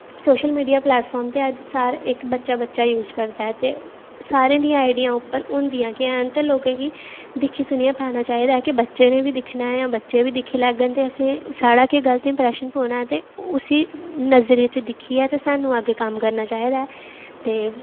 social media platform ते अज्ज इक बच्चा बच्चा यूज करदा ऐ ते सारें दियां आइडियां उप्पर होंदियां गै हैन ते लोकें गी दिक्खी सुनियै पाना चाहिदा कि बच्चें बी दिक्खना ऐ बच्चे बी दिक्खी लैङन ते साढ़ा केह् गल्त इंप्रैशन पौना ऐ ते उसी नजरें च दिक्खियै ते सानूं अग्गें कम्म करना चाहिदा ऐ ते